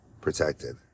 protected